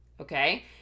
okay